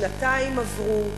שנתיים עברו,